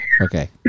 Okay